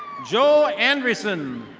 joe anderson.